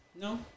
No